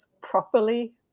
properly